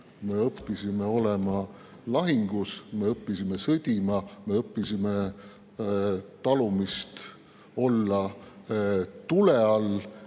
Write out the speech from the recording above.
me õppisime olema lahingus, me õppisime sõdima, me õppisime talumist olla tule all.